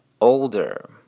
older